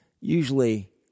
usually